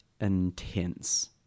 intense